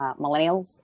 Millennials